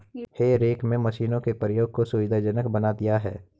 हे rake में मशीनों के प्रयोग ने सुविधाजनक बना दिया है